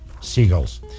Seagulls